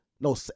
No